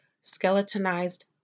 skeletonized